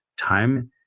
time